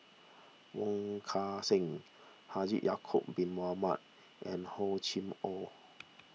Wong Kan Seng Haji Ya'Acob Bin Mohamed and Hor Chim or